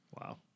wow